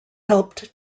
helped